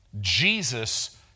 Jesus